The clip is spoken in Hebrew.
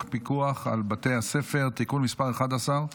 פיקוח על בתי הספר (תיקון מס' 11),